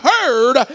heard